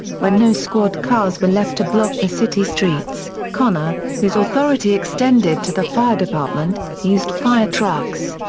when no squad cars were left to block the city streets, connor, whose authority extended to the fire department, used fire trucks.